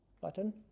Button